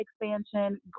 expansion